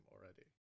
already